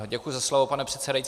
Děkuji za slovo, pane předsedající.